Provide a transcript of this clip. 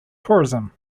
tourism